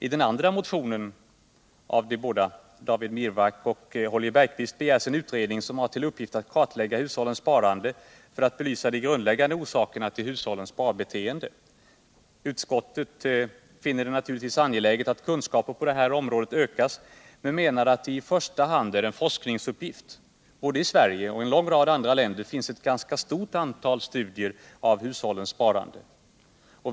I den andra motionen av David Wirmark och Holger Bergqvist begärs en utredning som har till uppgift att kartlägga hushållens sparande för att belysa de grundläggande orsakerna till hushållens sparbeteende. Utskottet finner det naturligtvis angeläget att kunskaperna på det här området ökar, men menar att detta i första hand är en forskningsuppgift. Både i Sverige och i en lång rad andra länder finns ett ganska stort antal studier av hushållens sparande.